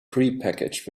prepackaged